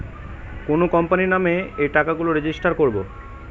কোনো কোম্পানির নামে এই টাকা গুলো রেজিস্টার করবো